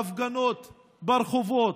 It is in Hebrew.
להפגנות ברחובות,